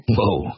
Whoa